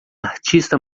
artista